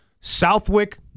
Southwick